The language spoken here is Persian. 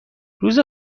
روز